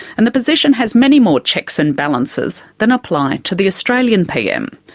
and the position has many more checks and balances than apply to the australian pm.